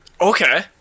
Okay